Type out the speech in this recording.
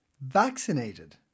Vaccinated